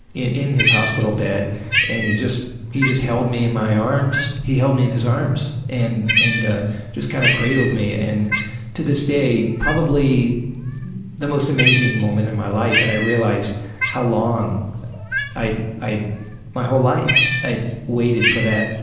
in in his hospital bed and he just he just held me in my arms, he held me in his arms and ah just kind of cradled me, and to this day, probably the most amazing moment in my life and i realised how long i'd. my whole life i'd waited for that,